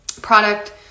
product